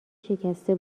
شکسته